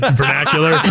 vernacular